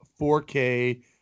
4K